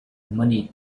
money